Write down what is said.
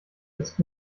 ist